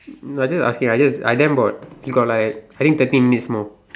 no I just asking I I damn bored we got like I think thirty minutes more